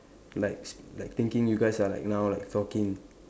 like s like thinking you guys are like now like talking